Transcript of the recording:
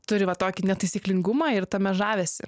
turi va tokį netaisyklingumą ir tame žavesį